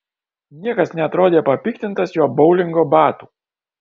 niekas neatrodė papiktintas jo boulingo batų